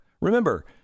Remember